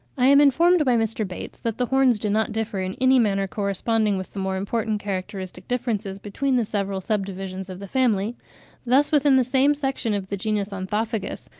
i am informed by mr. bates that the horns do not differ in any manner corresponding with the more important characteristic differences between the several subdivisions of the family thus within the same section of the genus onthophagus,